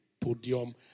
podium